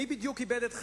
מי בדיוק איבד שם את חייו,